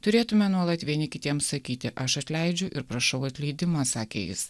turėtume nuolat vieni kitiems sakyti aš atleidžiu ir prašau atleidimo sakė jis